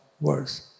words